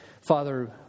Father